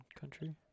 country